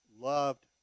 loved